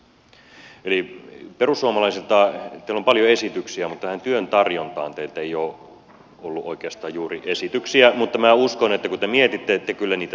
eli perussuomalaiset teillä on paljon esityksiä mutta tähän työn tarjontaan teiltä ei ole ollut oikeastaan juuri esityksiä mutta minä uskon että kun te mietitte niin kyllä te niitä löydätte